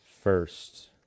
first